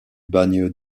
bagne